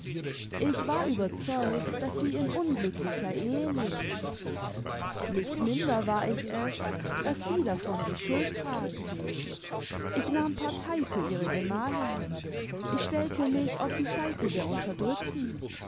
ich war überzeugt daß sie in unglücklicher ehe lebten nicht minder war ich es daß sie davon die schuld tragen ich nahm partei für ihre gemalin ich stellte mich auf die seite der unterdrückten